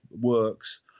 works